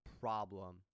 problem